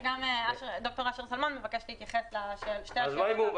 שגם ד"ר אשר שלמון מבקש להתייחס לשתי השאלות.